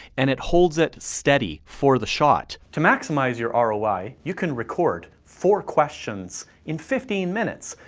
and it holds it steady for the shot. to maximize your um roi, you can record four questions in fifteen minutes.